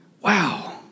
Wow